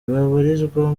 babarizwa